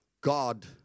God